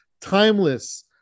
Timeless